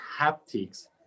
haptics